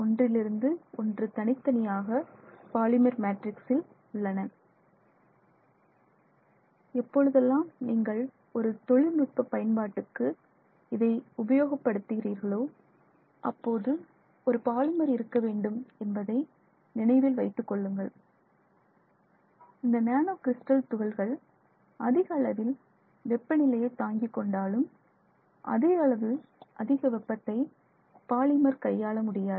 ஒன்றிலிருந்து ஒன்று தனித்தனியாக பாலிமர் மேட்ரிக்சில் உள்ளன எப்பொழுதெல்லாம் நீங்கள் ஒரு தொழில்நுட்ப பயன்பாட்டுக்கு இதை உபயோக படுத்துகிறீர்களோ அப்போது ஒரு பாலிமர் இருக்க வேண்டும் என்பதை நினைவில் வைத்துக்கொள்ளுங்கள் இந்த நேனோ கிறிஸ்டல் துகள்கள் அதிக அளவில் வெப்பநிலையை தாங்கிக் கொண்டாலும் அதே அளவு அதிக அளவு வெப்பத்தை பாலிமர் கையாள முடியாது